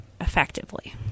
effectively